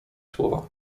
słowa